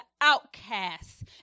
outcasts